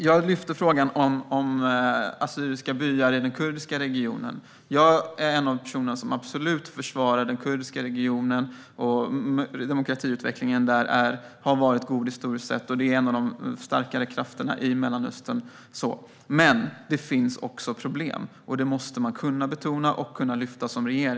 Jag lyfte frågan om assyriska byar i den kurdiska regionen. Jag är en av de personer som absolut försvarar den kurdiska regionen. Demokratiutvecklingen där har varit god historiskt sett, och det är en av de starkare krafterna i Mellanöstern. Men det finns också problem, och det måste man som regering kunna betona och lyfta.